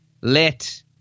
let